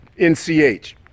NCH